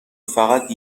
فقط